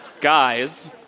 Guys